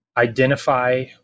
Identify